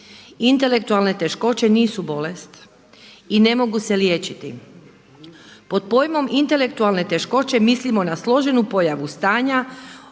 Intelektualne teškoće nisu bolest i ne mogu se liječiti. Pod pojmom intelektualne teškoće mislimo na složenu pojavu stanja